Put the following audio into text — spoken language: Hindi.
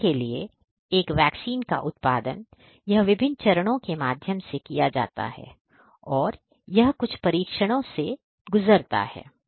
उदाहरण के लिए एक वैक्सीन का उत्पादन यह विभिन्न चरणों के माध्यम से किया जाता है और यह कुछ परीक्षणों से गुजरता है